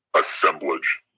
assemblage